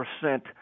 percent